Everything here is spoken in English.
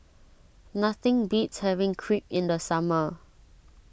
nothing beats having Crepe in the summer